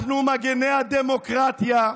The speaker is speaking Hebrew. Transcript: אנחנו מגיני הדמוקרטיה.